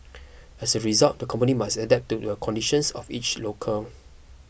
as a result the company must adapt to the conditions of each locale